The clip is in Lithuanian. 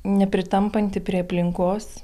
nepritampanti prie aplinkos